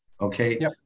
Okay